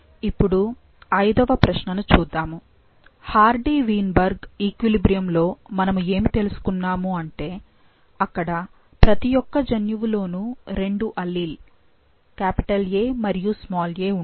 ఇప్పుడు ఐదవ సమస్యను చూద్దాము హార్డీ వీన్బెర్గ్ ఈక్విలిబ్రియంలో మనము ఏమి తెలుసుకున్నాము అంటే అక్కడ ప్రతి యొక్క జన్యువు లోనూ రెండు అల్లీల్ A మరియు a ఉంటాయి